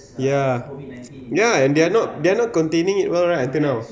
ya ya and they're not they're not containing it well right until now